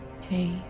Hey